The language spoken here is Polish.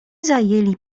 zajęli